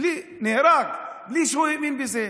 הוא נהרג ולא האמין בזה.